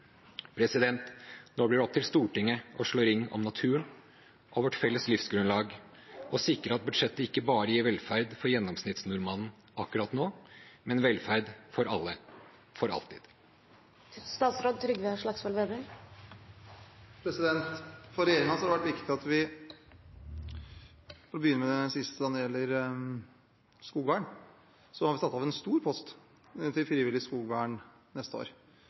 Nå blir det opp til Stortinget å slå ring om naturen og vårt felles livsgrunnlag og sikre at budsjettet ikke bare gir velferd for gjennomsnittsnordmannen akkurat nå, men velferd for alle for alltid. Når det gjelder hva som har vært viktig for regjeringen, kan jeg begynne med det siste, som gjelder skogvern. Der har vi satt av en stor post til frivillig skogvern neste år,